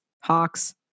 hawks